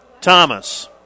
Thomas